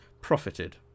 profited